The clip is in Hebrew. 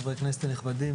חברי הכנסת נכבדים,